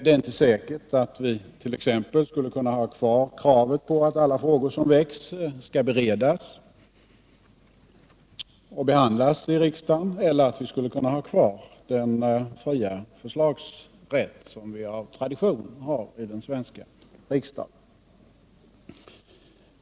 Det är t.ex. inte säkert att vi skulle kunna ha kvar kravet på att alla frågor som väckts skall beredas och behandlas i riksdagen eller att vi skulle kunna ha kvar den fria förslagsrätt som vi av tradition har i den svenska riksdagen.